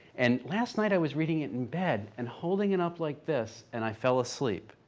and last night i was reading it in bed, and holding it up like this, and i fell asleep.